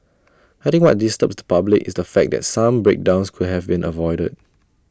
I think what disturbs the public is the fact that some breakdowns could have been avoidable